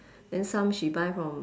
then some she buy from